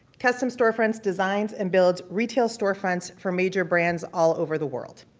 custom storefronts designs and builds retail storefronts for major brands all over the world.